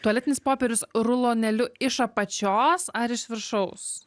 tualetinis popierius rulonėliu iš apačios ar iš viršaus